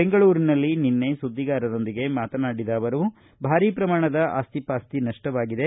ಬೆಂಗಳೂರಿನಲ್ಲಿ ನಿನ್ನೆ ಸುದ್ದಿಗಾರರೊಂದಿಗೆ ಮಾತನಾಡಿದ ಅವರು ಭಾರಿ ಪ್ರಮಾಣ ಆಸ್ತಿಪಾಸ್ತಿ ನಷ್ಟವಾಗಿದೆ